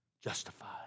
Justified